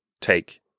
take